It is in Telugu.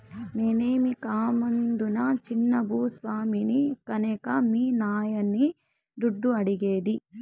నేనేమీ కామందునా చిన్న భూ స్వామిని కన్కే మీ నాయన్ని దుడ్డు అడిగేది